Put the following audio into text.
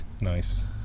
Nice